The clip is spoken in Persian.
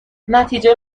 نتیجه